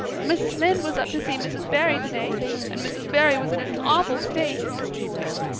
mrs. lynde was up to see mrs. barry today and mrs. barry was in an awful state, she wailed.